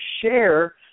share